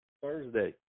Thursday